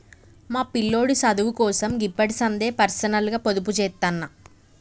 మా పిల్లోడి సదువుకోసం గిప్పడిసందే పర్సనల్గ పొదుపుజేత్తన్న